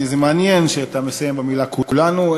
זה מעניין שאתה מסיים במילה "כולנו".